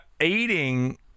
eating